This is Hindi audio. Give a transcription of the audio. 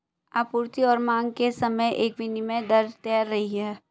आपूर्ति और मांग के समय एक विनिमय दर तैर रही है